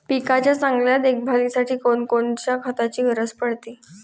पिकाच्या चांगल्या देखभालीसाठी कोनकोनच्या खताची गरज पडते?